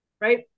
Right